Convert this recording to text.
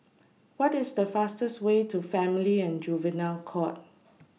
What IS The fastest Way to Family and Juvenile Court